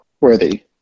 worthy